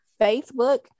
facebook